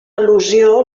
al·lusió